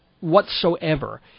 whatsoever